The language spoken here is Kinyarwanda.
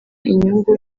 inyungu